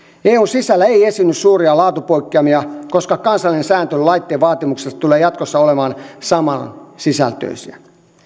eun sisällä ei esiinny suuria laatupoikkeamia koska kansallinen sääntely laitteen vaatimuksista tulee jatkossa olemaan samansisältöistä